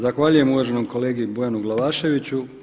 Zahvaljujem uvaženom kolegi Bojanu Glavaševiću.